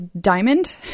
diamond